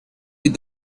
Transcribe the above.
with